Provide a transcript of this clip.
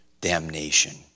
damnation